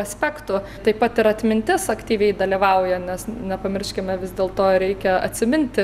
aspektų taip pat ir atmintis aktyviai dalyvauja nes nepamirškime vis dėlto reikia atsiminti